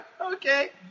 Okay